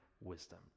wisdom